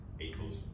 equals